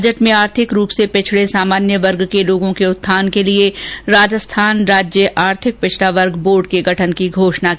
budget में आर्थिक रूप से पिछड़े सामान्य वर्ग के लोगों के उत्थान और कल्याण के लिए राजस्थान राज्य आर्थिक पिछड़ा वर्ग बोर्ड के गठन की घोषणा की गयी है